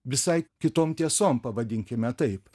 visai kitom tiesom pavadinkime taip